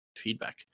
feedback